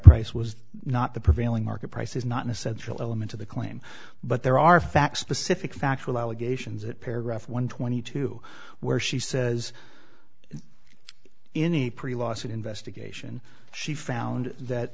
price was not the prevailing market price is not an essential element to the claim but there are facts specific factual allegations at paragraph one twenty two where she says in a pretty lawsuit investigation she found that